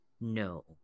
No